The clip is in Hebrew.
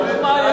איזה היגיון.